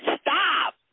stop